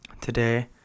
today